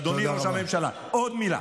אדוני ראש הממשלה, עוד מילה,